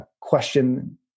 question